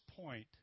point